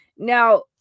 Now